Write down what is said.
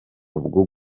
bwo